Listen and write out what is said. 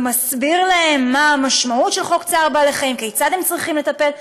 ומסביר להם מה המשמעות של חוק צער בעלי-חיים וכיצד הם צריכים לטפל.